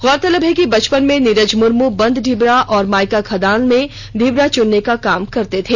गौरतलब है कि बचपन में नीरज मुर्मू बंद ढिबरा व माइका खदान में ढिबरा चुनने का काम करते थे